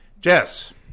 Jess